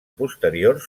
posteriors